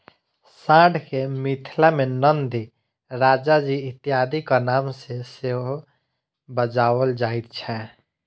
साँढ़ के मिथिला मे नंदी, राजाजी इत्यादिक नाम सॅ सेहो बजाओल जाइत छै